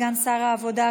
סגן שר העבודה,